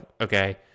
okay